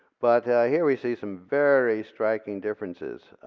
but here we see some very striking differences.